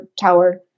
tower